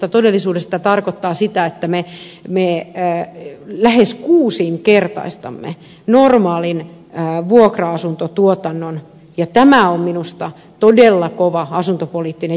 todellisuudessa tämä tarkoittaa sitä että me lähes kuusinkertaistamme normaalin vuokra asuntotuotannon ja tämä on minusta todella kova asuntopoliittinen juttu